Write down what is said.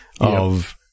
of-